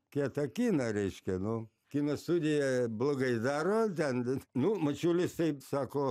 kietą kiną reiškia nu kino studija blogai daro ten d nu mačiulis tai sako